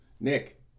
Nick